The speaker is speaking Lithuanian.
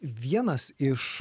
vienas iš